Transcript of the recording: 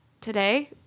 today